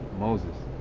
moses